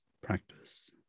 practice